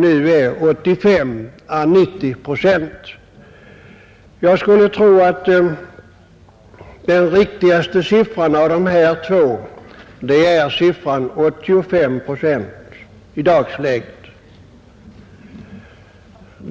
nu är 85 å 90 procent. Jag skulle tro att den riktigaste siffran i dagsläget är 85 procent.